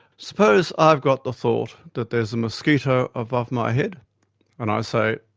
suppose i've got the thought that there's a mosquito above my head and i say,